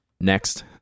Next